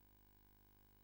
הפקעה,